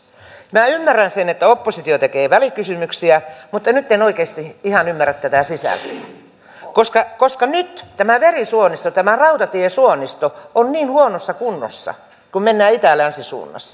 minä ymmärrän sen että oppositio tekee välikysymyksiä mutta nyt en oikeasti ihan ymmärrä tätä sisältöä koska nyt tämä verisuonisto tämä rautatiesuonisto on niin huonossa kunnossa kun mennään itälänsi suunnassa